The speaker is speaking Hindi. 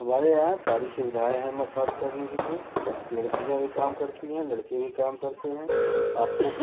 हमारे यहाँ सारी सुविधाएँ हैं मसाज करने के लिए लड़कियाँ भी काम करती हैं लड़के भी काम करते हैं आपको